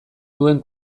duen